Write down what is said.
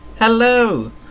Hello